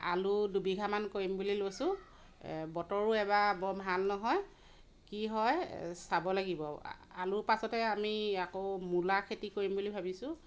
আলু দুবিঘামান কৰিম বুলি লৈছোঁ বতৰো এইবাৰ বৰ ভাল নহয় কি হয় চাব লাগিব আলুৰ পাছতে আমি আকৌ মূলা খেতি কৰিম বুলি ভাবিছোঁ